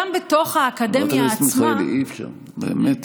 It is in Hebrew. כמוני יש סטודנטיות נשים רבות